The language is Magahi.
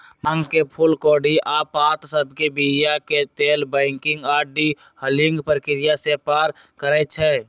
भांग के फूल कोढ़ी आऽ पात सभके बीया के लेल बंकिंग आऽ डी हलिंग प्रक्रिया से पार करइ छै